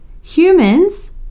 humans